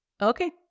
Okay